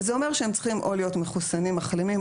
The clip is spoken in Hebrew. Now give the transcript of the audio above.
וזה אומר שהם צריכים או להיות מחוסנים או מחלימים,